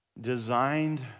designed